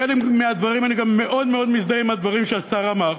בחלק מהדברים אני גם מאוד מאוד מזדהה עם הדברים שהשר אמר,